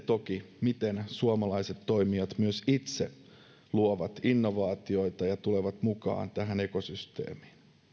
toki se miten suomalaiset toimijat myös itse luovat innovaatioita ja tulevat mukaan tähän ekosysteemiin